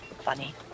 funny